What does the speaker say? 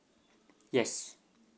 yes